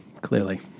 clearly